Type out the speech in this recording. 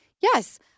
Yes